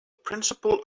principle